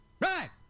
Right